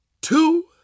two